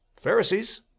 Pharisees